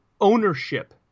ownership